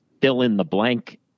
fill-in-the-blank